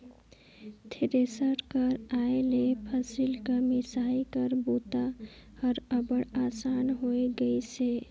thresher कर आए ले फसिल कर मिसई कर बूता हर अब्बड़ असान होए गइस अहे